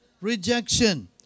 rejection